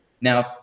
Now